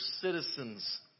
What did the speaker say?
citizens